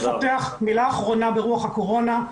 מילה אחרונה ברוח הקורונה,